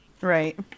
Right